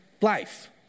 life